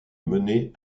menées